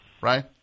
Right